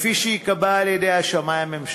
כפי שייקבע על-ידי השמאי הממשלתי.